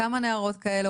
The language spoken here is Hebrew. וכמה נערות כאלה,